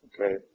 Okay